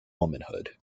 womanhood